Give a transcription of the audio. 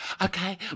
okay